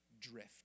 drift